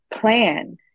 plan